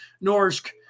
Norsk